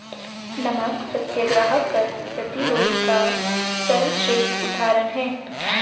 नमक सत्याग्रह कर प्रतिरोध का सर्वश्रेष्ठ उदाहरण है